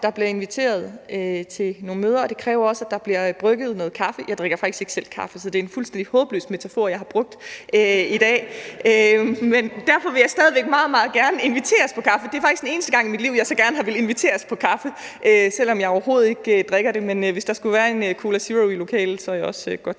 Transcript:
der bliver inviteret til nogle møder, og det kræver også, at der bliver brygget noget kaffe. Jeg drikker faktisk ikke selv kaffe, så det er en fuldstændig håbløs metafor, jeg har brugt i dag, men derfor vil jeg stadig væk meget, meget gerne inviteres på kaffe. Det er faktisk den eneste gang i mit liv, at jeg så gerne har villet inviteres på kaffe, selv om jeg overhovedet ikke drikker det, men hvis der skulle være en Cola Zero i lokalet, er jeg også godt